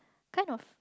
kind of